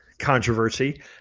Controversy